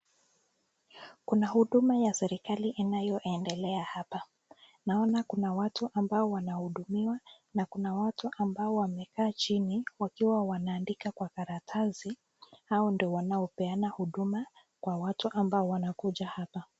Kuna huduma ya serikali inayoendelea hapa . Naona kuna watu ambao wanahudumiwa na kuna watu ambao wamekaa chini wakiwa wanaandika kwa karatasi . Hao ndio wanaopeana huduma kwa watu ambao wanakuja hapa.